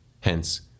Hence